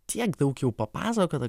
tiek daug jau papasakota